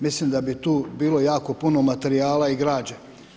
Mislim da bi tu bilo jako puno materijala i građe.